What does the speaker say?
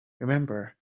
remember